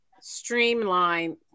streamline